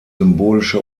symbolische